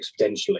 exponentially